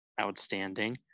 outstanding